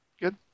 Good